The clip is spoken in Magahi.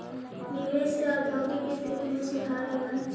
निवेश से औद्योगिक स्थिति में सुधार होवऽ हई